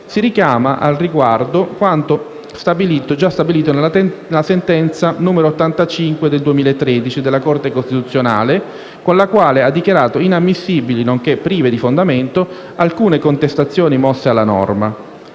Si richiama al riguardo quanto stabilito nella sentenza n. 85 del 2013 della Corte costituzionale con la quale quest'ultima ha dichiarato inammissibili nonché prive di fondamento alcune contestazioni mosse alla norma.